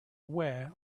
aware